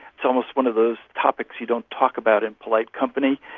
it's almost one of those topics you don't talk about in polite company.